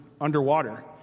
underwater